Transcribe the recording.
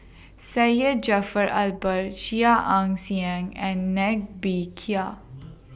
Syed Jaafar Albar Chia Ann Siang and Ng Bee Kia